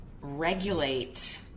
regulate